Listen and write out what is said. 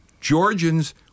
Georgians